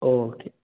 okay